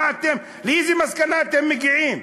לאיזו מסקנה אתם מגיעים?